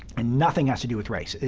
and nothing has to do with race.